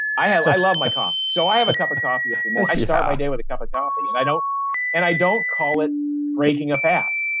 i love my coffee, so i have a cup of coffee every morning. i start my day with a cup of coffee, and i don't and i don't call it breaking a fast,